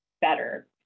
better